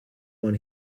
when